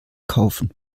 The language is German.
kaufen